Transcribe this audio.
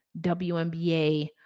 WNBA